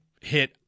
hit